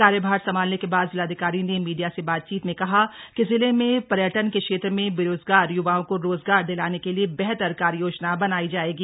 कार्यभार संभालने के बाद जिलाधिकारी ने मीडिया से बातचीत में कहा कि जिले में पर्यटन के क्षेत्र में बेरोजगार य्वाओं को रोजगार दिलाने के लिए बेहतर कार्ययोजना बनाई जाएगी